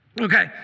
Okay